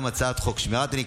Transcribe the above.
ניתוק ממים.